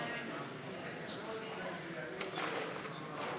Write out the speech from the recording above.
לסעיף 16 לא נתקבלה.